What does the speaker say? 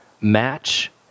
match